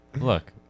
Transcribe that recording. Look